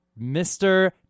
Mr